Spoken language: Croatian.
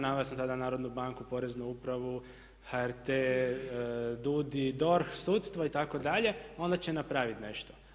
Naveo sam tada Narodnu banku, Poreznu upravu, HRT, DUUDI, DORH, sudstvo itd. onda će napravit nešto.